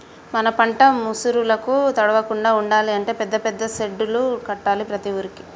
మన పంట ముసురులకు తడవకుండా ఉండాలి అంటే పెద్ద పెద్ద సెడ్డులు కట్టాలి ప్రతి ఊరుకి